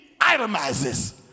itemizes